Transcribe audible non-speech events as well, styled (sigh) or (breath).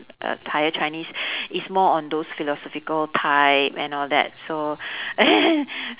uh higher chinese (breath) is more on those philosophical type and all that so (laughs)